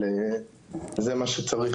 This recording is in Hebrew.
אבל זה מה שצריך.